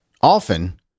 Often